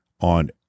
on